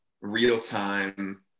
real-time